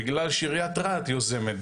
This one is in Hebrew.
- בגלל שעיריית רהט יוזמת,